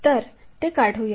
तर ते काढूया